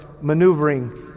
maneuvering